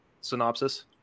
synopsis